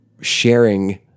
sharing